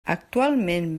actualment